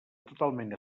totalment